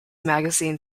magazine